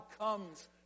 comes